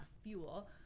fuel